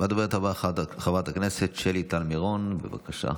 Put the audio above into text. הדוברת הבא, חברת הכנסת שלי טל מירון, בבקשה.